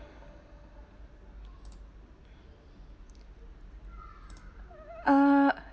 ah